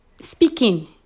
speaking